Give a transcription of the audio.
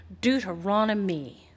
Deuteronomy